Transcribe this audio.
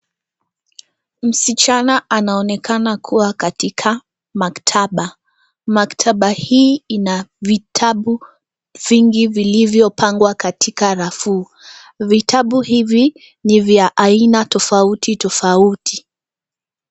Msichana anaonekana kuwa katika maktaba. Maktaba hii ina vitabu vingi vilivyopangwa katika rafu. Vitabu hivi ni vya aina tofauti tofauti.